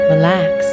Relax